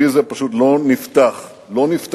יש רק, בלי זה פשוט לא נפתח, לא נפתח